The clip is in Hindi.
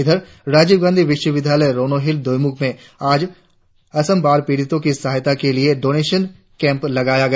इधर राजीव गांधी विश्वविद्यालय रोनोहिल्स दोईमुख में आज असम बाढ़ पीड़ितों की सहायता के लिए डोनेशन कैंप लगाया गया